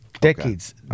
Decades